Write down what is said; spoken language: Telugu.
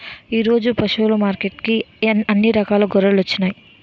ఈరోజు పశువులు మార్కెట్టుకి అన్ని రకాల గొర్రెలొచ్చినాయ్